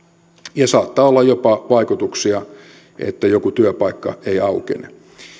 ja saattaa olla jopa vaikutuksia että joku työpaikka ei aukene